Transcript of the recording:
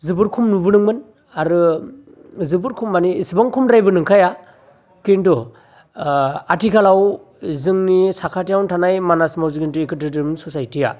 जोबोर खम नुबोदोंमोन आरो जोबोर खम माने एसेबां खमद्रायबो नंखाया खिन्थु आथिखालाव जोंनि साखाथियावनो थानाय मानास ससाइटिआ